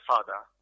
Father